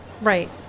Right